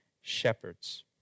shepherds